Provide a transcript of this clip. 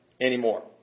anymore